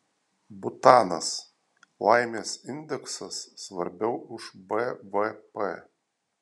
butanas laimės indeksas svarbiau už bvp